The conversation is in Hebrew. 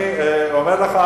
אני אומר לך,